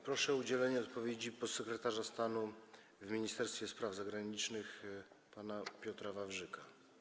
Proszę o udzielenie odpowiedzi podsekretarza stanu w Ministerstwie Spraw Zagranicznych pana Piotra Wawrzyka.